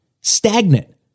stagnant